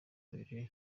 babiri